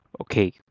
Okay